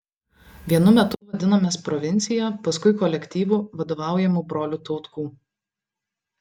vienu metu vadinomės provincija paskui kolektyvu vadovaujamu brolių tautkų